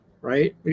right